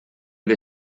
del